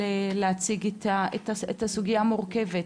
להציג את הסוגייה המורכבת.